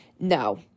no